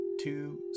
two